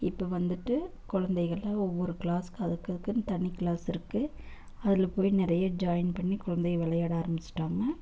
இப்போது வந்துவிட்டு குழந்தைகள ஒவ்வொரு கிளாஸ் அது அதுக்குனு தனி கிளாஸ் இருக்குது அதில் போய் நிறைய ஜாயின் பண்ணி குழந்தைங்க விளையாட ஆரம்பிச்சுட்டாங்க